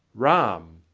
ram!